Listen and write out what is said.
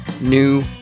new